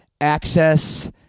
access